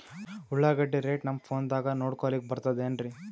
ಉಳ್ಳಾಗಡ್ಡಿ ರೇಟ್ ನಮ್ ಫೋನದಾಗ ನೋಡಕೊಲಿಕ ಬರತದೆನ್ರಿ?